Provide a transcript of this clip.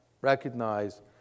recognize